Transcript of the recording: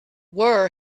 were